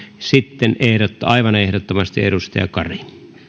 sitten aivan ehdottomasti edustaja kari